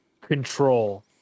Control